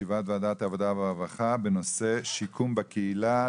ועדת העבודה והרווחה בנושא שיקום בקהילה,